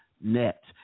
net